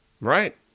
Right